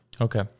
okay